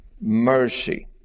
mercy